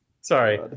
Sorry